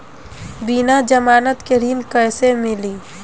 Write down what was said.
बिना जमानत के ऋण कैसे मिली?